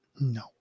No